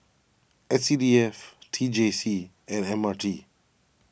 S C D F T J C and M R G